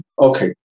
Okay